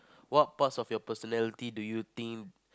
what parts of your personality do you think